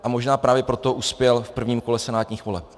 A možná právě proto uspěl v prvním kole senátních voleb.